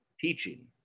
teaching